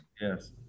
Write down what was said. yes